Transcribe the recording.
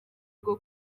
bwo